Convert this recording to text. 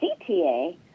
CTA